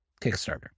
Kickstarter